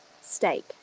steak